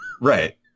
Right